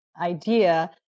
idea